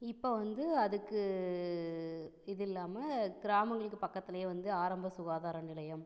இப்போ வந்து அதுக்கு இது இல்லாமல் கிராமங்களுக்கு பக்கத்துலையே வந்து ஆரம்ப சுகாதார நிலையம்